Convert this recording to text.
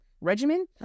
regimen